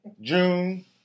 June